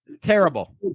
Terrible